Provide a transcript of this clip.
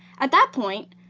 at that point,